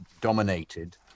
dominated